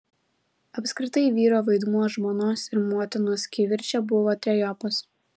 apskritai vyro vaidmuo žmonos ir motinos kivirče buvo trejopas